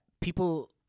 people